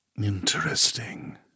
Interesting